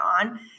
on